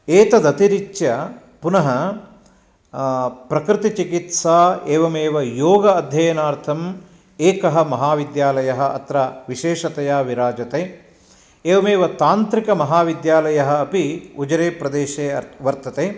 एतदतिरिच्य पुनः प्रकृतिचिकित्सा एवमेव योग अध्ययनार्थम् एकः महाविद्यालयः अत्र विशेषतया विराजते एवमेव तान्त्रिकमहाविद्यालयः अपि उजिरे प्रदेशे वर्तते